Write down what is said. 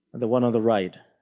the one on the right.